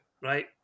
right